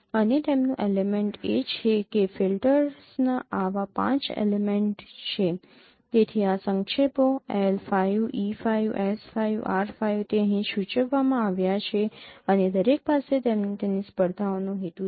અને તેમનું એલેમેન્ટ એ છે કે ફિલટર્સના આવા ૫ એલિમેંટ્સ છે તેથી આ સંક્ષેપો L5 E5 S5 R5 તે અહીં સૂચવવામાં આવ્યા છે અને દરેક પાસે તેની સ્પર્ધાઓનો હેતુ છે